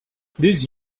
these